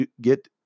get